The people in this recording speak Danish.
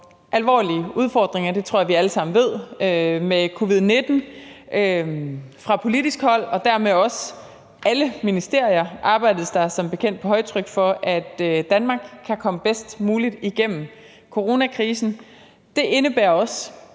alvorlige udfordringer – det tror jeg vi alle sammen ved, med covid-19 – også på politisk hold, og dermed arbejdes der som bekendt i alle ministerier på højtryk for, at Danmark kan komme bedst muligt igennem coronakrisen. Det indebærer i